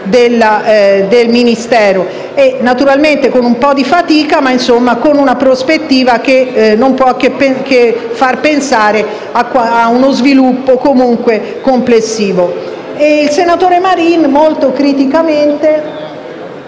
del Ministero, naturalmente con una certa fatica, ma con una prospettiva che non può che far pensare a uno sviluppo complessivo. Il senatore Marin, molto criticamente,